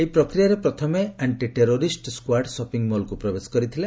ଏହି ପ୍ରକ୍ରିୟାରେ ପ୍ରଥମେ ଆକ୍ଷିଟେରୋରିଷ୍ ସ୍କାର୍ଡ୍ ସପିଂ ମଲ୍କୁ ପ୍ରବେଶ କରିଥିଲା